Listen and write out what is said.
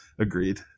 Agreed